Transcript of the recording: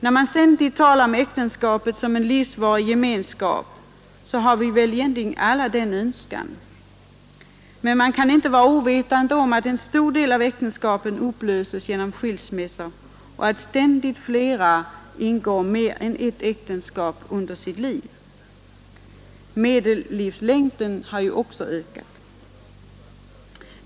Det talas ständigt om äktenskapet som en livsvarig gemenskap, och vi har väl egentligen alla denna önskan, men man kan inte vara ovetande om att en stor del av äktenskapen upplöses genom skilsmässor och att ständigt flera ingår mer än ett äktenskap under sitt liv. Medellivslängden har ju också ökat.